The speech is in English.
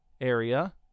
area